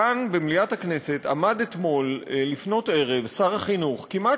כאן במליאת הכנסת עמד אתמול לפנות ערב שר החינוך כמעט